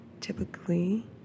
typically